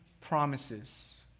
promises